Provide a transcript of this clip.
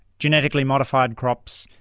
genetically modified crops,